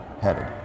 headed